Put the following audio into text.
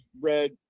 read